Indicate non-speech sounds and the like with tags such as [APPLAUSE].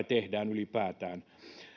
[UNINTELLIGIBLE] tehdään ylipäätään